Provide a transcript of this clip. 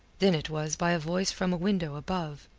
then it was by a voice from a window above.